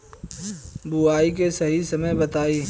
बुआई के सही समय बताई?